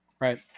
right